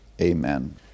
Amen